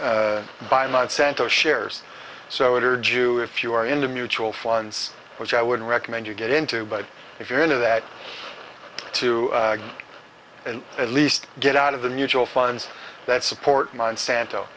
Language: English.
that buy monsanto shares so it are jus if you are into mutual funds which i would recommend you get into but if you're into that too and at least get out of the mutual funds that support monsanto